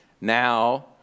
now